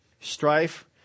strife